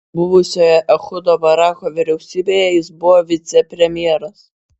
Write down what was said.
buvusioje ehudo barako vyriausybėje jis buvo vicepremjeras